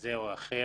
כזה או אחר.